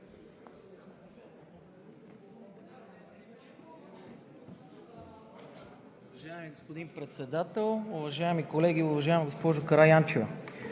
Уважаеми господин Председател, уважаеми колеги! Уважаема госпожо Караянчева,